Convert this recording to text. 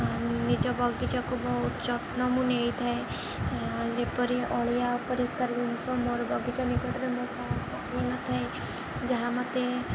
ନିଜ ବଗିଚାକୁ ବହୁତ ଯତ୍ନ ମୁଁ ନେଇଥାଏ ଯେପରି ଅଳିଆ ଅପରିଷ୍କାର ଜିନିଷ ମୋର ବଗିଚା ନିକଟରେ ମୁଁ ପକେଇ ନଥାଏ ଯାହା ମୋତେ